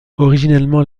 originellement